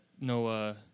no